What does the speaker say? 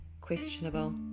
questionable